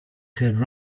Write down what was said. could